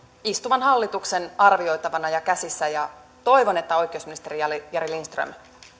istuvan hallituksen arvioitavana ja käsissä ja toivon että oikeusministeri jari lindström